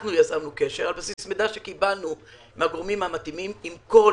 אנחנו יזמנו קשר על בסיס מידע שקיבלנו מן הגורמים המתאימים עם כל